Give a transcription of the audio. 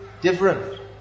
different